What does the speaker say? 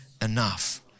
enough